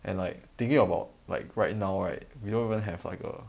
and like thinking about like right now right we don't even have like a